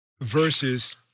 versus—